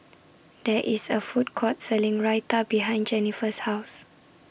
There IS A Food Court Selling Raita behind Jenniffer's House